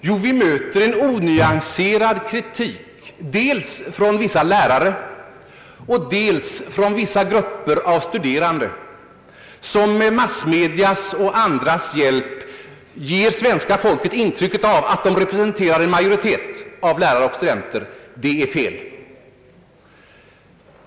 Jo, vi möter en onyanserad kritik, dels från vissa lärare och dels från vissa grupper av studerande som med massmedias och andras hjälp ger svenska folket intrycket att de representerar en majoritet av lärare och studenter. Det är fel.